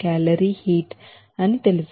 04 kilocalorie heat తెలుసు